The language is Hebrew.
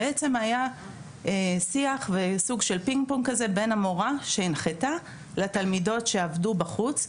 והיה שיח וסוג של פינג פונג כזה בין המורה שהנחתה לתלמידות שעבדו בחוץ.